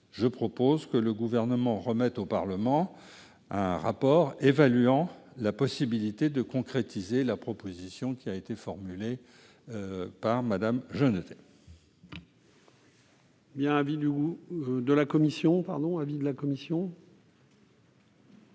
en sorte que le Gouvernement remette au Parlement un rapport évaluant la possibilité de concrétiser la proposition formulée par Mme Genetet. Quel est l'avis de la commission ?